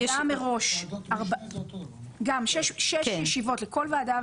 שש ישיבות לכל ועדה,